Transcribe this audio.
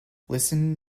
listen